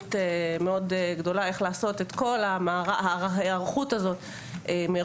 תוכנית מאוד גדולה איך לעשות את כל ההיערכות הזאת מראש,